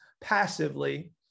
passively